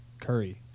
curry